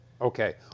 Okay